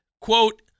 Quote